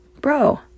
bro